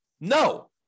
No